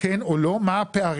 כן או לא, מה הפערים.